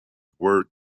were